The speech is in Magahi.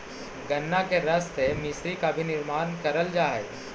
गन्ना के रस से मिश्री का भी निर्माण करल जा हई